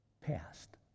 past